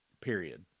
period